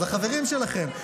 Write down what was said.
אז החברים שלכם,